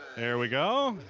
here we go.